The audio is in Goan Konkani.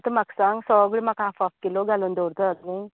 आतां म्हाका सांग सगलें म्हाका हाफ हाफ किलो घालून दवरता